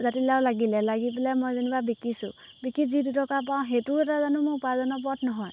জাতিলাও লাগিলে লাগি পেলাই মই যেনিবা বিকিছোঁ বিকি যি দুটকা পাওঁ সেইটো এটা জানো মোৰ উপাৰ্জনৰ পথ নহয়